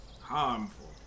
harmful